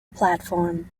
platform